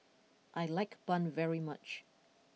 I like Bun very much